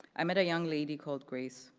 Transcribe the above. i met a young lady called grace,